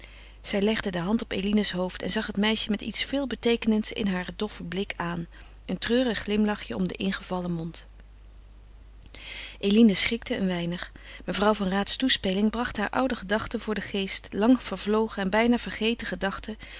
zij legde de hand op eline's hoofd en zag het meisje met iets veelbeteekenends in haren doffen blik aan een treurig glimlachje om den ingevallen mond eline schrikte een weinig mevrouw van raats toespeling bracht haar oude gedachten voor den geest lang vervlogen en bijna vergeten gedachten